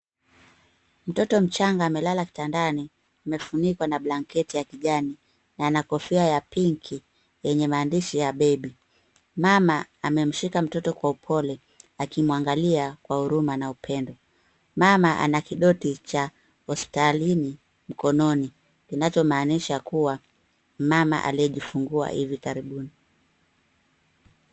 Mtoto mchanga amelala kitandani. Amefunikwa na blanketi ya kijani na ana kofia ya pinki yenye maandishi ya baby . Mama amemshika mtoto kwa upole akimwangalia kwa huruma na upendo. Mama ana kidoti cha hospitalini mkononi kinachomaanisha kuwa mama aliyejifungua hivi karibuni.